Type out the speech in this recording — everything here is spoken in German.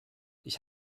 ich